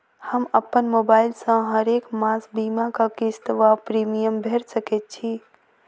हम अप्पन मोबाइल सँ हरेक मास बीमाक किस्त वा प्रिमियम भैर सकैत छी?